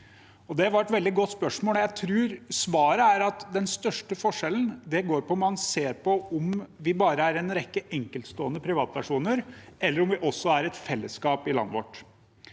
Det var et veldig godt spørsmål, og jeg tror svaret er at den største forskjellen går på om man ser på om vi bare er en rekke enkeltstående privatpersoner eller om vi også er et fellesskap i landet vårt.